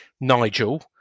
Nigel